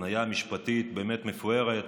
הבניה משפטית באמת מפוארת.